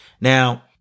Now